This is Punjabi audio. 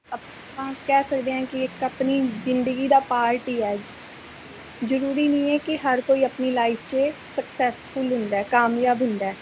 ਆਪਾਂ ਕਹਿ ਸਕਦੇ ਹਾਂ ਕਿ ਇੱਕ ਆਪਣੀ ਜ਼ਿੰਦਗੀ ਦਾ ਪਾਰਟ ਹੀ ਹੈ ਜ਼ਰੂਰੀ ਨਹੀਂ ਹੈ ਕਿ ਹਰ ਕੋਈ ਆਪਣੀ ਲਾਈਫ 'ਚ ਸਕਸੈਸਫੁੱਲ ਹੁੰਦਾ ਹੈ ਕਾਮਯਾਬ ਹੁੰਦਾ ਹੈ